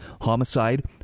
homicide